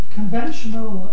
conventional